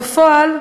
בפועל,